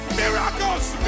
miracles